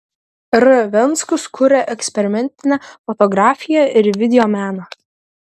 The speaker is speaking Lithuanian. r venckus kuria eksperimentinę fotografiją ir videomeną